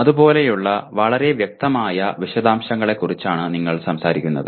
അതുപോലുള്ള വളരെ വ്യക്തമായ വിശദാംശങ്ങളെക്കുറിച്ചാണ് നിങ്ങൾ സംസാരിക്കുന്നത്